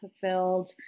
fulfilled